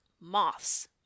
Moths